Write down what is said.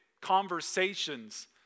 conversations